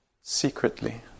secretly